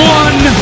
one